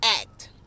act